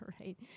right